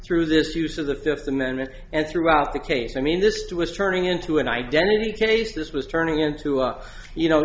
through this use of the fifth amendment and throughout the case i mean this too is turning into an identity case this was turning into up you know